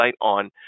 on